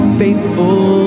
faithful